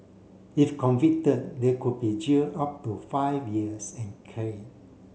if convicted they could be jailed up to five years and caned